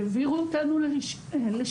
העבירו אותנו לשם,